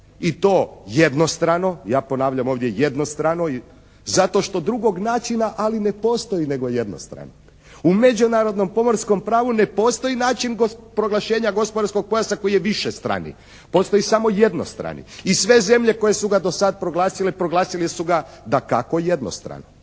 i to jednostrano, ja ponavljam ovdje jednostrano, i zato što drugog načina, ali ne postoji nego jednostrano. U međunarodnom pomorskom pravu ne postoji način proglašenja gospodarskog pojasa koji je višestrani. Postoji samo jednostrani i sve zemlje koje su ga do sad proglasile, proglasile su ga dakako jednostrano.